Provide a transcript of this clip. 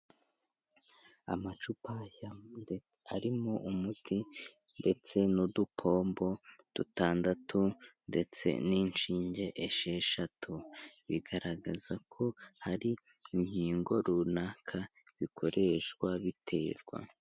Amacupa arimo umuti ndetse n’udupombo dutandatu ndetse n'inshinge esheshatu, bigaragaza ko hari inkingo runaka bikoreshwa biterwa.